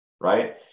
Right